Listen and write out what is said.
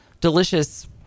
delicious